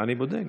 אני בודק,